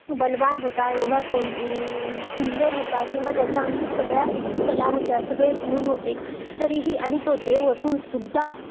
बलवान होता एवढा सं सुंदर होता किंवा त्याच्या अंगी सगळ्या कला होत्या सगळे गुण होते तरीही आणि तो देव असूनसुद्धा